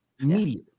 immediately